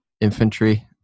infantry